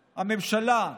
הממשלה,